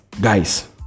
Guys